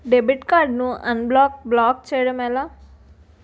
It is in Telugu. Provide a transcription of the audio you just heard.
డెబిట్ కార్డ్ ను అన్బ్లాక్ బ్లాక్ చేయటం ఎలా?